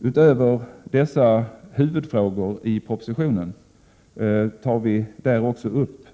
Utöver dessa huvudfrågor i propositionen tar vi där upp